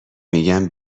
میگم